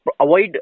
avoid